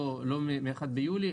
לא ל-1 ביולי,